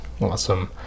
Awesome